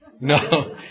No